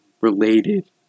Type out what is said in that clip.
Related